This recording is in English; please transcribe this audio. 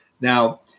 Now